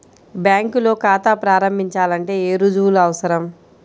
బ్యాంకులో ఖాతా ప్రారంభించాలంటే ఏ రుజువులు అవసరం?